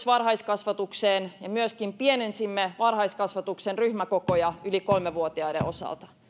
varhaiskasvatukseen ja myöskin pienensimme varhaiskasvatuksen ryhmäkokoja yli kolme vuotiaiden osalta